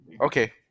Okay